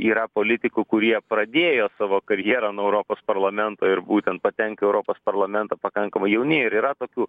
yra politikų kurie pradėjo savo karjerą nuo europos parlamento ir būtent patenka į europos parlamentą pakankamai jauni ir yra tokių